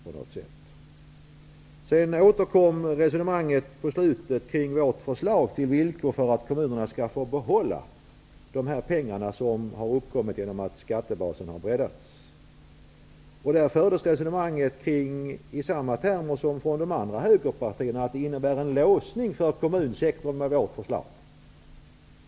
På slutet återkom Rose-Marie Frebran i sitt resonemang till vårt förslag om villkor för att kommunerna skall få behålla de pengar som nu finns tillgängliga genom att skattebasen har breddats. Rose-Marie Frebran resonerade i det sammanhanget i samma termer som representanter för de andra högerpartierna och hävdade att vårt förslag innebär en låsning för kommunsektorn.